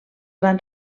van